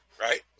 right